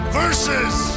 versus